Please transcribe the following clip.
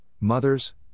mothers